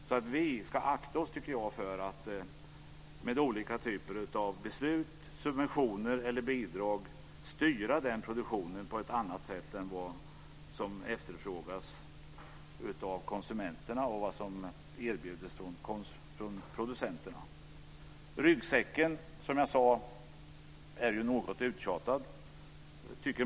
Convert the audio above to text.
Jag tycker därför att vi ska akta oss för att med olika typer av beslut, subventioner eller bidrag styra den produktionen på ett annat sätt än vad som efterfrågas av konsumenterna och vad som erbjuds från producenterna. Många tycker att talet om ryggsäcken är uttjatat.